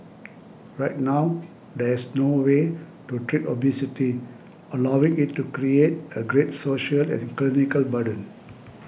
right now there's no way to treat obesity allowing it to create a great social and clinical burden